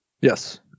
Yes